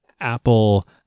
Apple